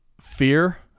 fear